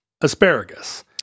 asparagus